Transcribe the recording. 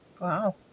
Wow